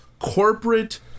corporate